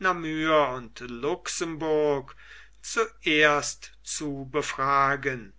und luxemburg zuerst zu befragen